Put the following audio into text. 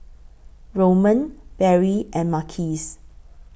Roman Berry and Marquise